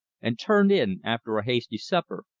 and turned in, after a hasty supper,